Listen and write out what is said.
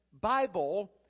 Bible